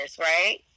right